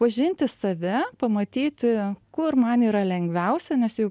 pažinti save pamatyti kur man yra lengviausia nes juk